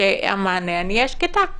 אהיה שקטה.